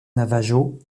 navajo